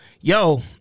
yo